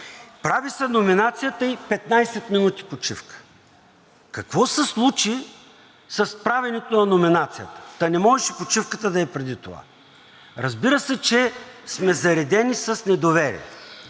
прави се номинацията и – 15 минути почивка. Какво се случи с правенето на номинацията, та не можеше почивката да е преди това? Разбира се, че сме заредени с недоверие.